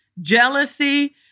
jealousy